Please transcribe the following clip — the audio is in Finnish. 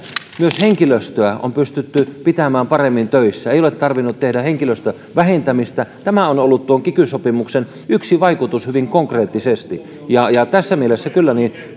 myös henkilöstöä on pystytty pitämään paremmin töissä ei ole tarvinnut tehdä henkilöstön vähentämistä tämä on ollut tuon kiky sopimuksen yksi vaikutus hyvin konkreettisesti tässä mielessä kyllä